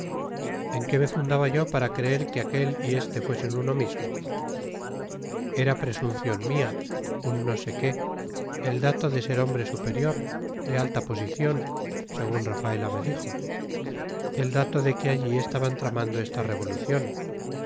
en qué me fundaba yo para creer que aquel y este fuesen uno mismo era presunción mía un no sé qué el dato de ser hombre superior de alta posición según rafaela me dijo el dato de que allí estaban tramando esta revolución